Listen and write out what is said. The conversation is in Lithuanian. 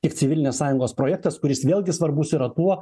kiek civilinės sąjungos projektas kuris vėlgi svarbus yra tuo